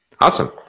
Awesome